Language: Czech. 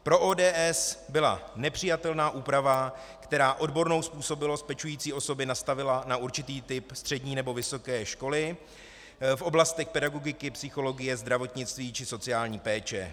Pro ODS byla nepřijatelná úprava, která odbornou způsobilost pečující osobě nastavila na určitý typ střední nebo vysoké školy v oblastech pedagogiky, psychologie, zdravotnictví či sociální péče.